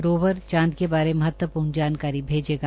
rover चांद के बारे महत्वपूर्ण जानकारी भेजेगा